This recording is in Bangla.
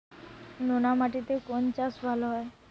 নোনা মাটিতে কোন চাষ ভালো হয়?